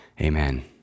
Amen